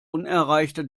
unerreichter